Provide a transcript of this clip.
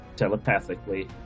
Telepathically